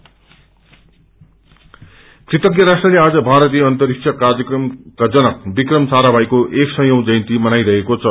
says श्रेष्ठाम कृतज्ञ राष्ट्रले आज भारतीय अन्तरिक्ष कार्यक्रमका जनक विक्रम साराभाइको एक सयौ जयन्ती मनाइरहेको छ